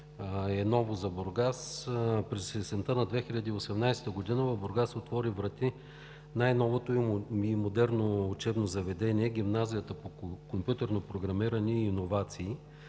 е ново за Бургас. През есента на 2018 г. в Бургас отвори врати най-новото и модерно учебно заведение – Гимназията по компютърно програмиране и иновации.